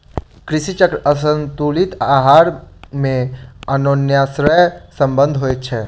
कृषि चक्र आसंतुलित आहार मे अन्योनाश्रय संबंध होइत छै